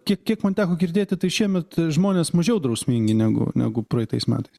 kiek kiek man teko girdėti tai šiemet žmonės mažiau drausmingi negu negu praeitais metais